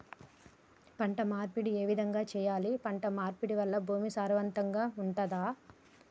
పంట మార్పిడి ఏ విధంగా చెయ్యాలి? పంట మార్పిడి వల్ల భూమి సారవంతంగా ఉంటదా?